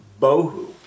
bohu